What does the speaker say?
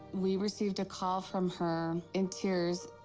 we received a call from her, in tears,